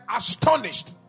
astonished